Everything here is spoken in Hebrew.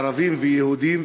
ערבים ויהודים,